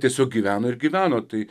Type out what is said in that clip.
tiesiog gyveno ir gyveno tai